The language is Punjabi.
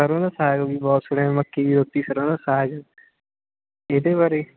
ਸਰ੍ਹੋਂ ਦਾ ਸਾਗ ਵੀ ਬਹੁਤ ਸੁਣਿਆ ਮੱਕੀ ਦੀ ਰੋਟੀ ਸਰ੍ਹੋਂ ਦਾ ਸਾਗ ਇਹਦੇ ਬਾਰੇ